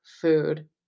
food